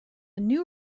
new